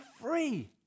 free